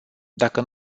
dacă